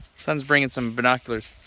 son's bringing some binoculars.